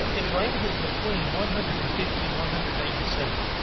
it ranges between one hundred and fifty and one hundred and eighty seven.